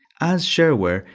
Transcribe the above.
as shareware,